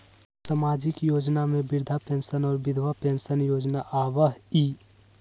सामाजिक योजना में वृद्धा पेंसन और विधवा पेंसन योजना आबह ई?